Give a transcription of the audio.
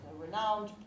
renowned